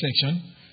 section